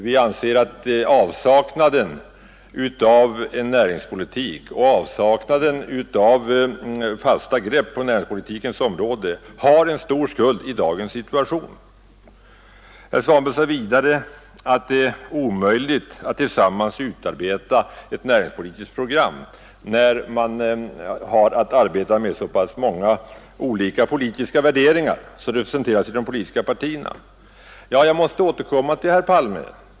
Vi anser att avsaknaden av en näringspolitik och av fasta grepp på näringspolitikens område har en stor del av skulden till dagens situation. Herr Svanberg sade vidare att det är omöjligt att tillsammans skriva ett näringspolitiskt program när man har att arbeta med så pass många olika grundläggande värderingar, som representeras av de politiska partierna. Jag måste i detta sammanhang återkomma till herr Palme.